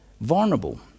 vulnerable